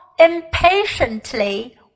impatiently